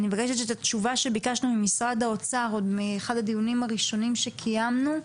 זו תשובה שביקשנו ממשרד האוצר באחד הדיונים הראשונים שקיימים.